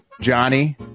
Johnny